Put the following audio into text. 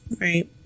Right